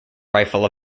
rifle